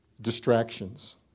distractions